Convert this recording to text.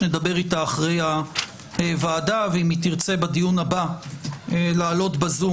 נדבר איתה אחרי הוועדה ואם היא תרצה בדיון הבא לעלות בזום